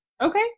Okay